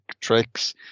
tricks